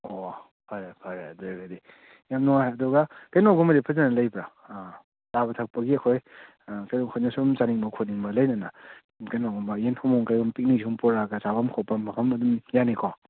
ꯑꯣ ꯐꯔꯦ ꯐꯔꯦ ꯑꯗꯨꯑꯣꯏꯔꯒꯗꯤ ꯌꯥꯝ ꯅꯨꯡꯉꯥꯏ ꯑꯗꯨꯒ ꯀꯩꯅꯣꯒꯨꯝꯕꯗꯤ ꯐꯖꯅ ꯂꯩꯕ꯭ꯔꯥ ꯆꯥꯕ ꯊꯛꯄꯒꯤ ꯑꯩꯈꯣꯏ ꯀꯩꯒꯨꯝꯕ ꯑꯩꯈꯣꯏꯅ ꯁꯨꯝ ꯆꯥꯅꯤꯡꯕ ꯈꯣꯠꯅꯤꯡꯕ ꯂꯩꯗꯅ ꯀꯩꯅꯣꯒꯨꯝꯕ ꯌꯦꯟ ꯊꯣꯡꯕꯒꯨꯝꯕ ꯀꯩꯒꯨꯝꯕ ꯄꯤꯛꯅꯤꯛ ꯁꯨꯝ ꯄꯣꯔꯛꯑꯒ ꯆꯥꯕꯝ ꯈꯣꯠꯐꯝ ꯃꯐꯝ ꯑꯗꯨꯝ ꯌꯥꯅꯤꯀꯣ